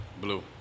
Blue